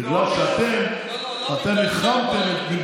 בגלל שאתם עשיתם חרמות.